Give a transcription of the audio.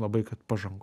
labai kad pažangų